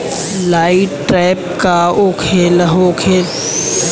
Light trap का होखेला आउर ओकर का फाइदा बा?